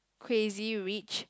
Crazy-Rich